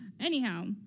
anyhow